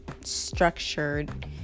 structured